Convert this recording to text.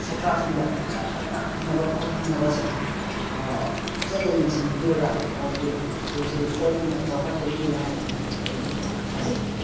ꯁꯥꯠꯇ꯭ꯔꯁꯤꯡꯗ ꯐꯖꯅ ꯇꯥꯛꯄꯤꯅꯕ ꯈꯣꯠꯄꯤꯅꯕꯁꯦ ꯐꯖꯅ ꯌꯦꯡꯁꯤꯟꯕꯤꯔꯒ ꯇꯧꯔꯗꯤ ꯁ꯭ꯀꯨꯜꯁꯤ ꯁꯣꯏꯗꯅ ꯆꯥꯎꯈꯠꯀꯅꯤ ꯍꯥꯏꯁꯤ ꯑꯩ ꯊꯥꯖꯩ